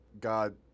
God